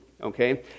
okay